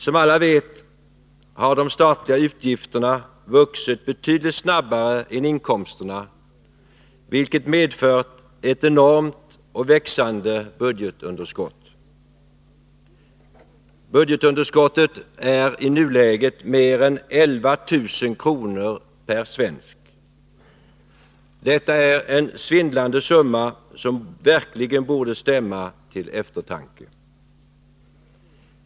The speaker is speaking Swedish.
Som alla vet har de statliga utgifterna vuxit betydligt snabbare än inkomsterna, vilket medfört ett enormt och växande budgetunderskott. Detta underskott är i nuläget mer än 11 000 kr. per svensk. Detta är en svindlande summa, som verkligen borde stämma till eftertanke.